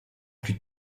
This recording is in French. plus